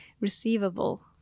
receivable